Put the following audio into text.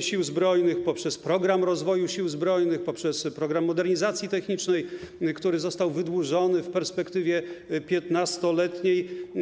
Sił Zbrojnych, program rozwoju Sił Zbrojnych, program modernizacji technicznej, którego realizacja została wydłużona w perspektywie 15-letniej.